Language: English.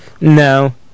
No